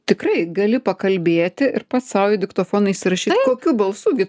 tikrai gali pakalbėti ir pats sau į diktofoną įsirašyt kokiu balsu gi